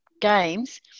games